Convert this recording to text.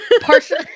Partially